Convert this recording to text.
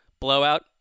blowout